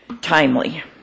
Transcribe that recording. timely